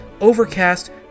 Overcast